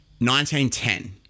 1910